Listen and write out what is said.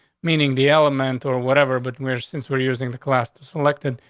meaning the element or whatever. but we're since we're using the class to selected,